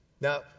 Now